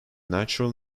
natural